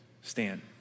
Stand